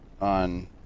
on